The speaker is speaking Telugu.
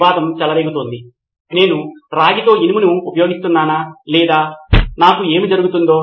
సిద్ధార్థ్ మాతురి కాబట్టి ఈ మొత్తం ప్రక్రియలో మనం చూస్తున్న సమస్య ఏమిటంటే పాఠశాల ఇలాంటి మౌలిక సదుపాయాలను కలిగి ఉంటుంది